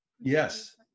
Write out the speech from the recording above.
Yes